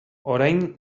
orain